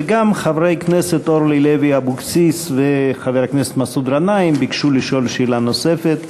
וגם חברי הכנסת אורלי לוי אבקסיס ומסעוד גנאים ביקשו לשאול שאלה נוספת,